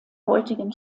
heutigen